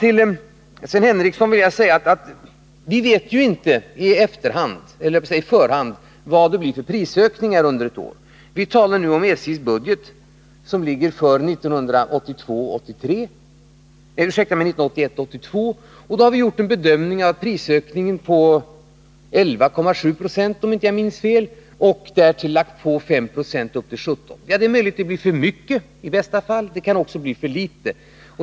Till Sven Henricsson vill jag säga att vi vet inte på förhand vad det kan bli för prisökningar under ett år. Vi talar nu om SJ:s budget för 1981/82, och då har vi bedömt prisökningen till 11,7 96, om jag inte minns fel, och lagt på 5 90. Det blir alltså 17 96. Det är möjligt att det blir för mycket i bästa fall, men det kan också bli för litet.